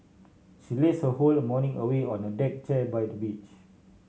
she laze her whole morning away on a deck chair by the beach